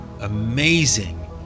amazing